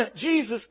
Jesus